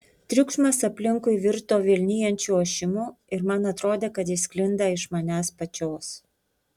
triukšmas aplinkui virto vilnijančiu ošimu ir man atrodė kad jis sklinda iš manęs pačios